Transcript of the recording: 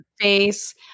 face